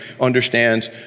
understands